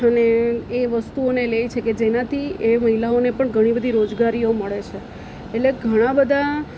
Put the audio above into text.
અને એ વસ્તુઓને લે છે કે જેનાથી એ મહિલાઓને પણ ઘણી બધી રોજગારીઓ મળે છે એટલે ઘણા બધા